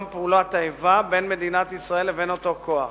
פעולות האיבה בין מדינת ישראל לבין אותו כוח.